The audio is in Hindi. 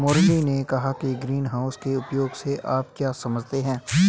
मुरली ने कहा कि ग्रीनहाउस के उपयोग से आप क्या समझते हैं?